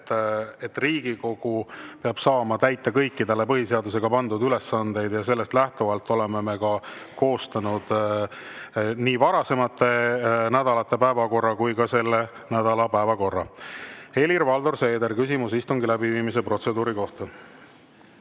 et Riigikogu peab saama täita kõiki talle põhiseadusega pandud ülesandeid. Sellest lähtuvalt oleme me koostanud nii varasemate nädalate päevakorra kui ka selle nädala päevakorra. Helir-Valdor Seeder, küsimus istungi läbiviimise protseduuri kohta.